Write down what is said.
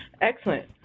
Excellent